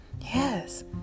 Yes